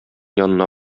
янына